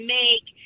make